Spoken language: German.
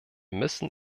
müssen